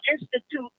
Institute